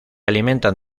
alimentan